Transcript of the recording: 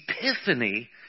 epiphany